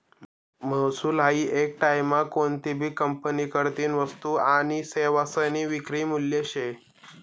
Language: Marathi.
महसूल हायी येक टाईममा कोनतीभी कंपनीकडतीन वस्तू आनी सेवासनी विक्री मूल्य शे